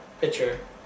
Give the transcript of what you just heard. Picture